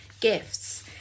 gifts